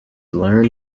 learn